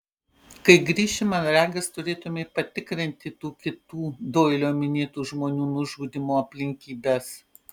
kai grįši man regis turėtumei patikrinti tų kitų doilio minėtų žmonių nužudymo aplinkybes